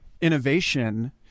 innovation